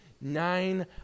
nine